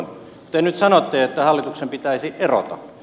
te nyt sanotte että hallituksen pitäisi erota